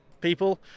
people